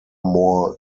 more